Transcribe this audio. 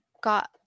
got